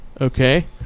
Okay